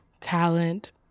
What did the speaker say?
talent